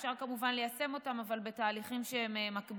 אפשר כמובן ליישם אותם, אבל בתהליכים מקבילים.